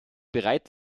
bereit